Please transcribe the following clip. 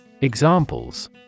Examples